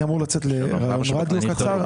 אני אמור לצאת לראיון רדיו קצר.